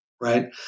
right